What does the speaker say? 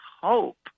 hope